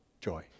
joy